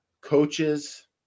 coaches